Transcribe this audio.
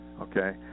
Okay